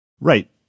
Right